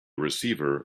receiver